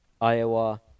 Iowa